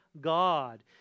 God